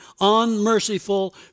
unmerciful